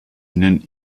ihnen